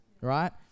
right